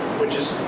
which has